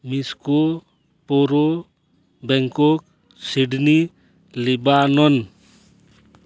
ᱢᱤᱥᱠᱳ ᱯᱩᱨᱩ ᱵᱮᱝᱠᱚᱠ ᱥᱤᱰᱱᱤ ᱞᱤᱵᱟᱱᱚᱱ